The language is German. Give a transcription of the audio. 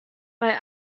bei